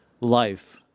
life